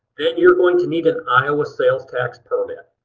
then you're going to need an iowa sales tax permit.